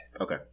Okay